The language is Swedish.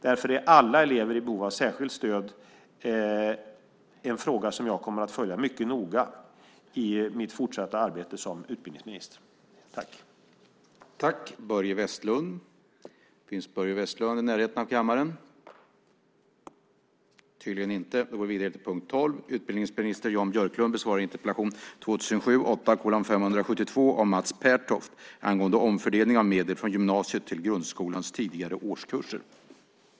Därför är alla elever i behov av särskilt stöd en fråga som jag kommer att följa mycket noga i mitt fortsatta arbete som utbildningsminister.